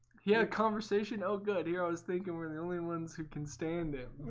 he had a conversation. oh good here. i was thinking we're the only ones who can stay in them